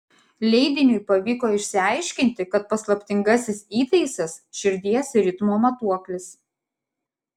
leidiniui pavyko išsiaiškinti kad paslaptingasis įtaisas širdies ritmo matuoklis